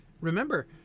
remember